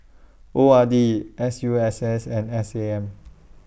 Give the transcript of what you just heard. O R D S U S S and S A M